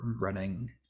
running